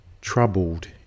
troubled